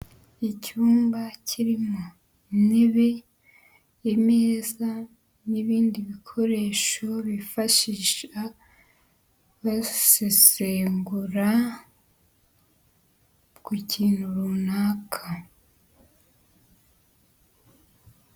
Icyumba kirimo intebe, imeza, n'ibindi bikoresho bifashisha basesengura ku kintu runaka.